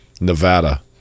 Nevada